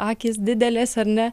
akys didelės ar ne